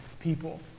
people